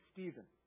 Stephen